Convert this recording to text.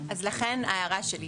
לכן ההערה שלי,